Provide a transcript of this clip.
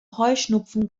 heuschnupfen